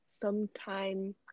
sometime